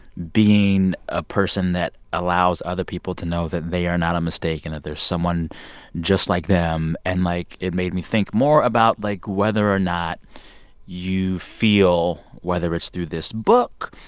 being a person that allows other people to know that they are not a mistake and that there's someone just like them. and, like, it made me think more about, like, whether or not you feel whether it's through this book,